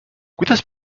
kuidas